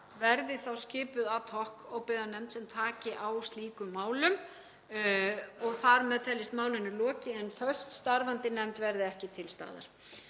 verði skipuð ad hoc óbyggðanefnd sem taki á slíkum málum og þar með teljist málinu lokið, en föst starfandi nefnd verði ekki til staðar.